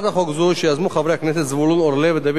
שיזמו חברי הכנסת זבולון אורלב ודוד אזולאי,